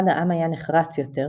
אחד העם היה נחרץ יותר,